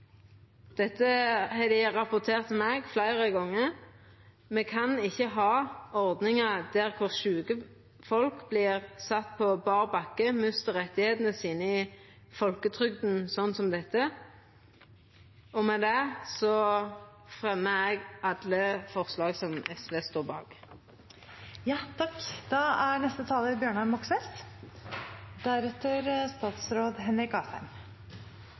Dette har dei rapportert til meg fleire gonger. Me kan ikkje ha ordningar der sjuke folk vert sette på bar bakke og mistar rettane sine i folketrygda, sånn som det er no. I dag stemmer de borgerlige partiene ned alle forslag som